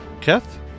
Keth